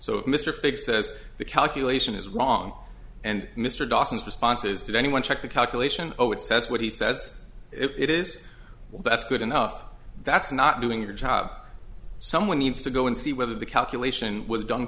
so mr figgs says the calculation is wong and mr dawson responses did anyone check the calculation oh it says what he says it is well that's good enough that's not doing your job someone needs to go and see whether the calculation was done